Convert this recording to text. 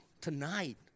tonight